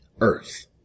Earth